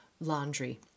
laundry